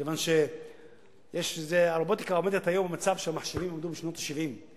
כיוון שהרובוטיקה עומדת היום במצב שהמכשירים משנות ה-70,